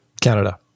Canada